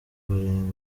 barindwi